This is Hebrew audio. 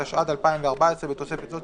התשע"ד 2014 (בתוספת זו,